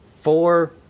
four